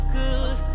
good